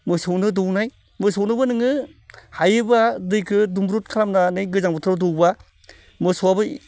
मोसौनो दौनाय मोसौनोबो नोङो हायोबा नोङो दैखो दुंब्रुद खालामनानै गोजां बोथोराव दौबा मोसौआबो